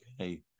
Okay